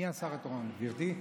מי השר התורן, גברתי?